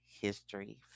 History